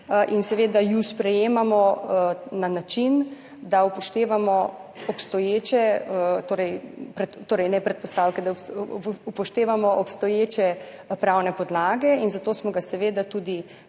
in seveda ju sprejemamo na način, da upoštevamo obstoječe pravne podlage. Zato smo ga seveda tudi pripravili